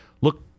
Look